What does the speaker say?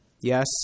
Yes